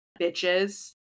bitches